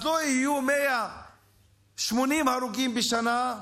אז לא יהיו 180 הרוגים בשנה,